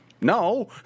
No